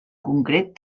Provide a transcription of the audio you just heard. concret